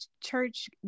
church